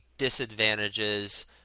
Disadvantages